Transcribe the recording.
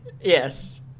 Yes